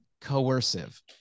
coercive